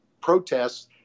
protests